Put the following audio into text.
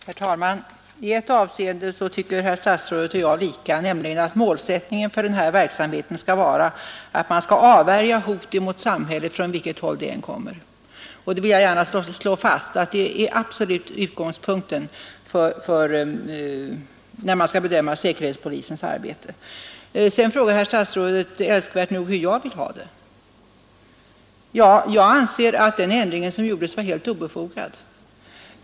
Herr talman! I ett avseende tycker herr statsrådet och jag lika, nämligen att målsättningen för säkerhetspolisens verksamhet skall vara att man skall kunna avvärja hot mot samhället från vilket håll det än kommer. Jag vill gärna slå fast att detta absolut är utgångspunkten när man skall bedöma säkerhetspolisens arbete. Sedan frågade statsrådet älskvärt nog hur jag vill ha det. Ja, jag anser att den ändring som gjordes var helt obefogad.